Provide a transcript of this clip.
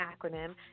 acronym